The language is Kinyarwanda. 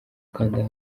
ukanda